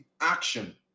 action